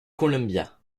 columbia